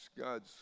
God's